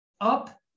up